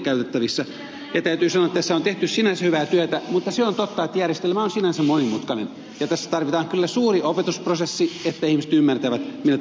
ja täytyy sanoa että tässä on tehty sinänsä hyvää työtä mutta se on totta että järjestelmä on sinänsä monimutkainen ja tässä tarvitaan kyllä suuri opetusprosessi että ihmiset ymmärtävät miten tämä järjestelmä toimii